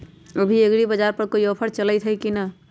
अभी एग्रीबाजार पर कोई ऑफर चलतई हई की न?